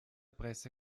presse